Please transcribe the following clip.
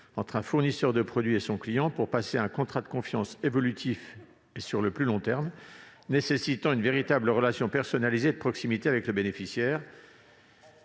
entre un fournisseur de produits et son client pour passer à un contrat de confiance évolutif et sur le plus long terme, nécessitant une véritable relation personnalisée et de proximité avec le bénéficiaire